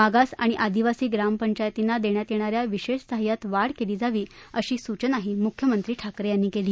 मागास आणि आदिवासी ग्रामपंचायतींना देण्यात येणाऱ्या विशेष सहाय्यात वाढ केली जावी अशी सूचनाही मुख्यमंत्री ठाकरे यांनी केली